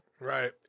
Right